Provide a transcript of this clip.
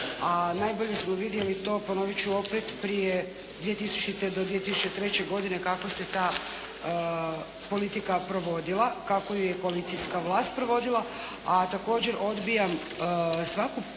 ponovit ću opet, prije 2000. do 2003. kako se ta politika provodila, kako ju je koalicijska vlast provodila. A također odbijam svaki netočan